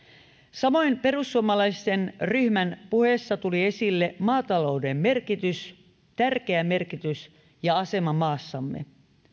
samoin perussuomalaisten ryhmän puheessa tuli esille maatalouden tärkeä merkitys ja asema maassamme